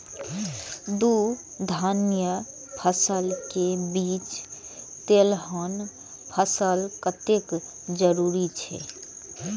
दू धान्य फसल के बीच तेलहन फसल कतेक जरूरी छे?